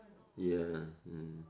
yeah mm